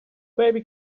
baby